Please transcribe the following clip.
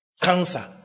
cancer